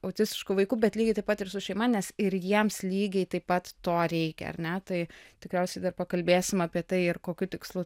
autistišku vaiku bet lygiai taip pat ir su šeima nes ir jiems lygiai taip pat to reikia ar ne tai tikriausiai dar pakalbėsim apie tai ir kokiu tikslu